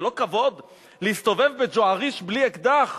זה לא כבוד להסתובב בג'ואריש בלי אקדח.